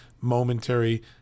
momentary